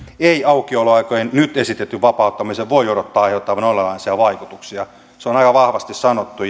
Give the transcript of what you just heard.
ei aukioloaikojen nyt esitetyn vapauttamisen voi odottaa aiheuttavan olennaisia vaikutuksia se on aika vahvasti sanottu